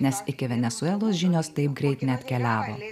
nes iki venesuelos žinios taip greit neatkeliavo